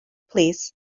plîs